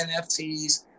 NFTs